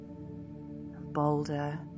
bolder